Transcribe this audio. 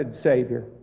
Savior